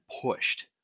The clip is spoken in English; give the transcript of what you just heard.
pushed